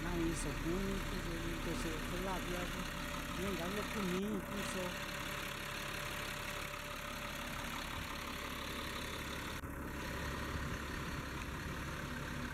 najuiñiso juniu, te ye ni ndeye'e ye lavi á ye mee nka ye lo kuu mijiso.